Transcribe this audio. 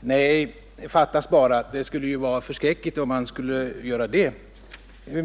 Nej, fattas bara! Det skulle ju vara förskräckligt om man gjorde det.